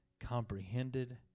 comprehended